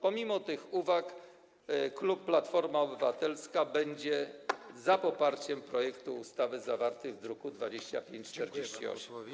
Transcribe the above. Pomimo tych uwag klub Platforma Obywatelska będzie za poparciem projektu ustawy zawartego w druku nr 2548.